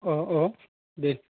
औ औ दे